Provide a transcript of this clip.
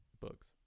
books